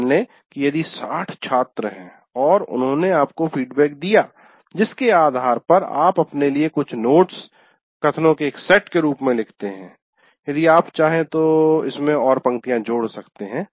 मान लें कि यदि 60 छात्र हैं और उन्होंने आपको फीडबैक दिया जिसके आधार पर आप अपने लिए कुछ नोट्स कथनों के एक सेट के रूप में लिखते हैं यदि आप चाहें तो इसमें और पंक्तियां जोड़ सकते हैं